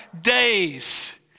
days